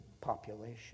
population